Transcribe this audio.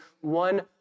one